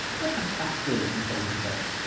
but the fact is, miss elizabeth,